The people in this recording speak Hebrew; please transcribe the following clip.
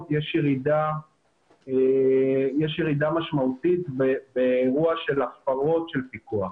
יש ירידה משמעותית באירוע של הפרות של פיקוח.